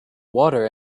water